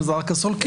זה רק הסולקים,